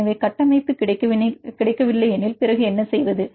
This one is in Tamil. எனவே கட்டமைப்பு கிடைக்கவில்லை எனில் பிறகு என்ன செய்வது